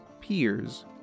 peers